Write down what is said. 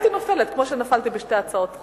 הייתי נופלת כמו שנפלתי בשתי הצעות חוק.